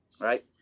Right